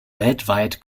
weltweit